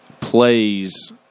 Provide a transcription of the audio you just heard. plays